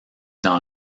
dans